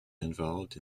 involved